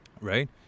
right